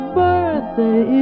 birthday